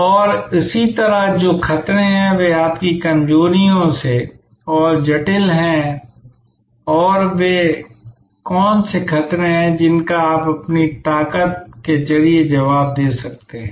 और इसी तरह जो खतरे हैं वे आपकी कमजोरियों से और जटिल हैं और वे कौन से खतरे हैं जिनका आप अपनी ताकत के जरिए जवाब दे सकते हैं